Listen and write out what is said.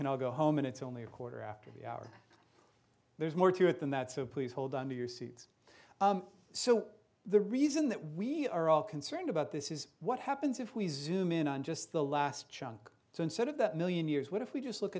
can all go home and it's only a quarter after the hour there's more to it than that so please hold on to your seats so the reason that we are all concerned about this is what happens if we zoom in on just the last chunk so instead of that million years what if we just look